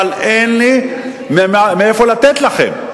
אבל אין לי מאיפה לתת לכן.